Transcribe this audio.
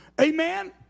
Amen